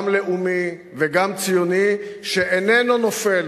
גם לאומי וגם ציוני, שאיננו נופל